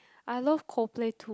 I love Coldplay too